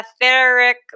etheric